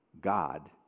God